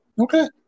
Okay